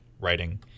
writing